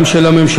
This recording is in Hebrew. גם של הממשלה,